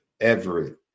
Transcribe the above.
Everett